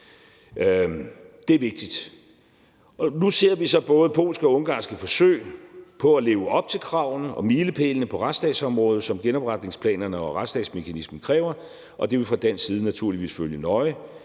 Det er vigtigt. Nu ser vi så både polske og ungarske forsøg på at leve op til kravene og milepælene på retsstatsområdet, som genopretningsplanerne og retsstatsmekanismen kræver, og det vil vi fra dansk side naturligvis følge nøje.